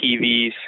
TVs